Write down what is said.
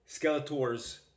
Skeletor's